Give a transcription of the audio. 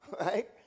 right